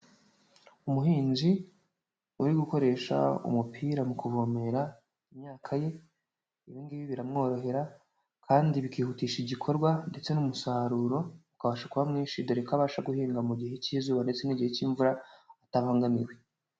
Umuhinzi, uri gukoresha umupira mu kuvomerera, imyaka ye ibi ngibi biramworohera kandi bikihutisha igikorwa ndetse n'umusaruro, ukabasha kuba mwinshi dore ko abasha guhinga mu gihe cy'izuba ndetse n'igihe cy'imvura, atabangamiwe.